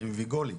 עם ויגולניק.